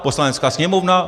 Poslanecká sněmovna?